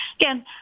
Again